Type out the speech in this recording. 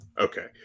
Okay